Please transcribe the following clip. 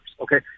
okay